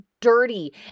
dirty